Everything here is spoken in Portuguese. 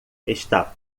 está